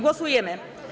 Głosujemy.